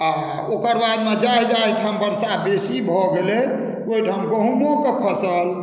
आ ओकर बादमे जाहि जाहिठाम वर्षा बेसी भऽ गेलै ओहिठाम गहुँमोके फसल